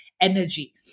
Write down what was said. Energy